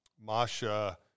Masha